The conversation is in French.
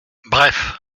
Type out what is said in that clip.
bref